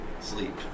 sleep